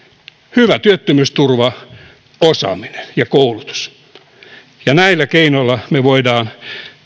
hyvä työttömyysturva osaaminen ja koulutus näillä keinoilla me voimme